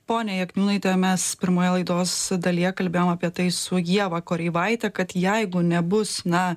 ponia jakniūnaite mes pirmoje laidos dalyje kalbėjom apie tai su ieva koreivaite kad jeigu nebus na